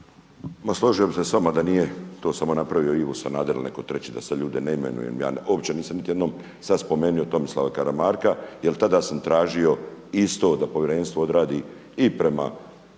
složio bih se s vama da nije to samo napravio Ivo Sanader ili netko treći da ljude sada ne imenujem. Ja uopće nisam niti jednom sada spomenuo Tomislava Karamarka, jer tada sam tražio isto da Povjerenstvo odradi i prema